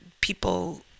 people